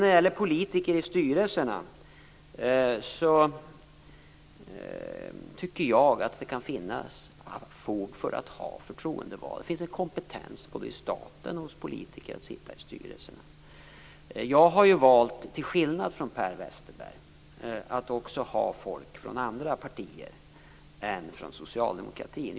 När det gäller politiker i styrelserna, tycker jag att det kan finnas fog för att ha förtroendevalda. Det finns en kompetens både inom staten och hos politiker att sitta i styrelserna. Jag har ju, till skillnad från Per Westerberg, valt att också ha folk från andra partier än från socialdemokratin.